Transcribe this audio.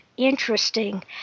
interesting